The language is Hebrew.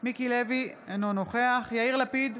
מיקי לוי, אינו נוכח יאיר לפיד,